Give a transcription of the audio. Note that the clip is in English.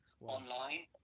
online